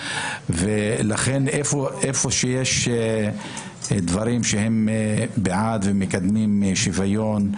איפה שיש דברים שהם בעד ומקדמים שוויון,